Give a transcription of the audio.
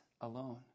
alone